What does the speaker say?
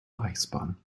reichsbahn